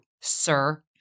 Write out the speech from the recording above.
sir